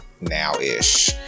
now-ish